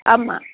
ஆமாம்